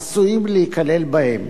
עשויים להיכלל בהן,